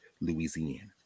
Louisiana